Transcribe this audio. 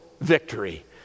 victory